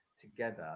together